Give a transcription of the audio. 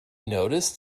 notice